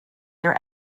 their